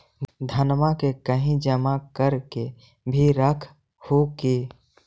धनमा के कहिं जमा कर के भी रख हू की?